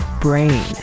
brain